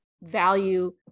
value